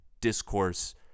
discourse